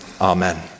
Amen